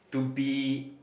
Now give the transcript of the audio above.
to be